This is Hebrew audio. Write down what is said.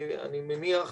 אני מניח,